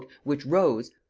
which rose,